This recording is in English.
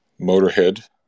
Motorhead